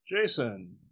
Jason